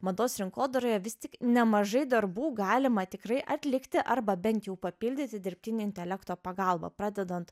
mados rinkodaroje vis tik nemažai darbų galima tikrai atlikti arba bent jau papildyti dirbtinio intelekto pagalba pradedant